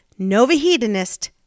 Novahedonist